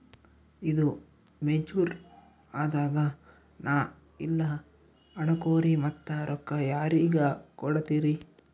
ಈದು ಮೆಚುರ್ ಅದಾಗ ನಾ ಇಲ್ಲ ಅನಕೊರಿ ಮತ್ತ ರೊಕ್ಕ ಯಾರಿಗ ಕೊಡತಿರಿ?